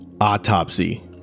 Autopsy